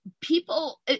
people